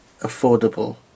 affordable